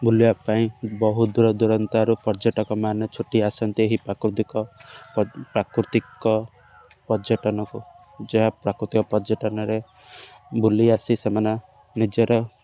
ବୁଲିବା ପାଇଁ ବହୁ ଦୂର ଦୁରନ୍ତାରୁ ପର୍ଯ୍ୟଟକମାନେ ଛୁଟି ଆସନ୍ତି ଏହି ପ୍ରାକୃତିକ ପ୍ରାକୃତିକ ପର୍ଯ୍ୟଟନକୁ ଯାହା ପ୍ରାକୃତିକ ପର୍ଯ୍ୟଟନରେ ବୁଲି ଆସି ସେମାନେ ନିଜର